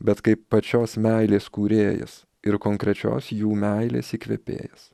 bet kaip pačios meilės kūrėjas ir konkrečios jų meilės įkvėpėjas